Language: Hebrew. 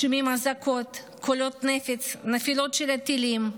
שומעים אזעקות, קולות נפץ ונפילות של טילים.